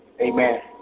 Amen